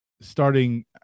starting